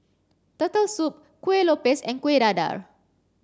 turtle soup Kuih Lopes and Kueh Dadar